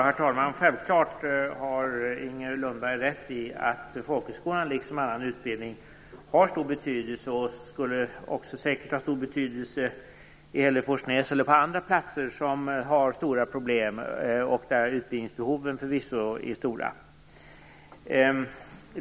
Herr talman! Självklart har Inger Lundberg rätt i att folkhögskolan, liksom annan utbildning, har stor betydelse, och säkert också skulle ha det i Hällefors eller på andra platser som har stora problem och där utbildningsbehoven förvisso är stora.